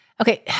Okay